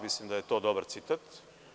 Mislim da je dobar citat.